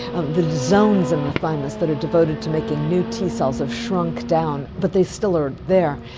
ah the zones in the thymus that are devoted to making new t cells have shrunk down but they still are there.